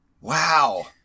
Wow